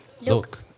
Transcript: look